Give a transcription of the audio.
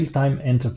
Real Time Enterprise